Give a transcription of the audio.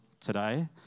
today